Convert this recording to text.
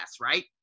right